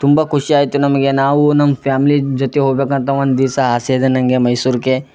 ತುಂಬ ಖುಷಿಯಾಯಿತು ನಮಗೆ ನಾವೂ ನಮ್ಮ ಫ್ಯಾಮ್ಲಿ ಜೊತೆ ಹೋಗ್ಬೇಕಂತ ಒಂದು ದಿವ್ಸ ಆಸೆ ಇದೆ ನನಗೆ ಮೈಸೂರ್ಗೆ